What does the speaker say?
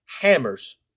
hammers